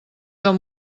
del